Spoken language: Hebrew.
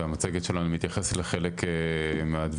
והמצגת שלנו מתייחסת לחלק מהדברים.